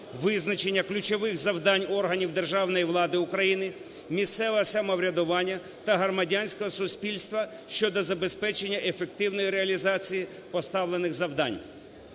визначення ключових завдань органів державної влади України, місцевого самоврядування та громадянського суспільства щодо забезпечення ефективної реалізації поставлених завдань.